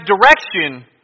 direction